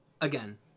Again